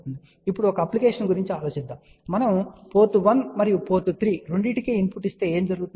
కాబట్టి ఇప్పుడు ఒక అప్లికేషన్ గురించి ఆలోచించండి మనము పోర్ట్ 1 మరియు పోర్ట్ 3 రెండింటికీ ఇన్పుట్ ఇస్తే ఏమి జరుగుతుంది